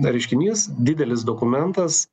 reiškinys didelis dokumentas